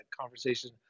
conversation